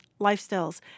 lifestyles